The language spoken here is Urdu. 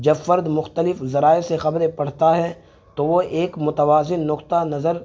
جب فرد مختلف ذرائع سے خبریں پڑھتا ہے تو وہ ایک متوازن نقطہ نظر